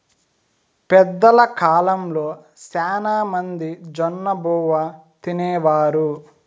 పెద్దల కాలంలో శ్యానా మంది జొన్నబువ్వ తినేవారు